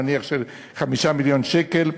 נניח של 5 מיליון שקל,